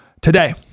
today